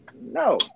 no